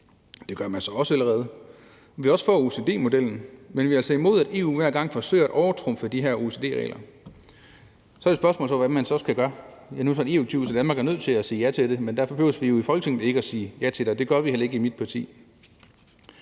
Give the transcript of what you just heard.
Det gør man så også allerede. Vi er også for OECD-modellen. Men vi er altså imod, at EU hver gang forsøger at overtrumfe de her OECD-regler. Så er spørgsmålet, hvad man så skal gøre. Nu er det et EU-direktiv, så Danmark er nødt til at sige ja til det, men derfor behøver vi jo ikke sige ja til det i Folketinget, og det gør vi heller ikke i mit parti.